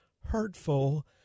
hurtful